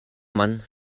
mann